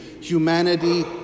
Humanity